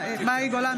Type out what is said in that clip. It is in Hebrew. גולן,